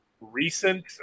recent